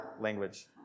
language